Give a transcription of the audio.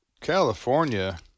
California